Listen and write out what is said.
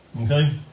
Okay